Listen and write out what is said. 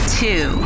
two